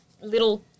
little